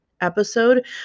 episode